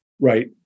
Right